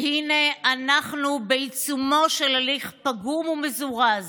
והינה, אנחנו בעיצומו של הליך פגום ומזורז